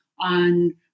on